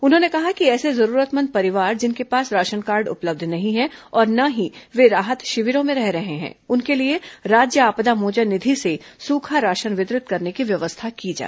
उन्होंने कहा कि ऐसे जरूरतमंद परिवार जिनके पास राशन कार्ड उपलब्ध नहीं है और न ही वे राहत शिविरों में रह रहे हैं उनके लिए राज्य आपदा मोचन निधि से सूखा राशन वितरित करने की व्यवस्था की जाए